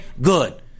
Good